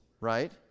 right